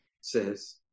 says